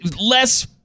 Less